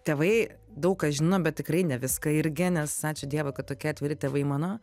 tėvai daug ką žino bet tikrai ne viską irgi nes ačiū dievui kad tokie atviri tėvai mano